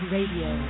Radio